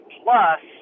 plus